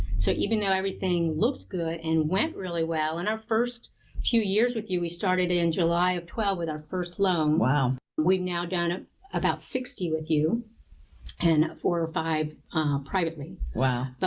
so even though everything looked good and went really well and our first few years with you, we started in july of twelve with our first loan. wow! we have now gone up about sixty with you and four or five privately. wow. but